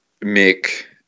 make